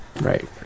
Right